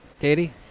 Katie